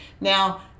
Now